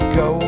go